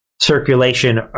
circulation